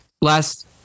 Last